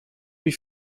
wie